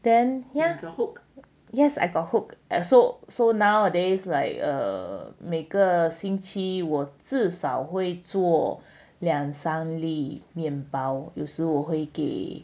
then ya yes I got hooked and so so nowadays like err 每个星期我至少会做两三面包有时我会给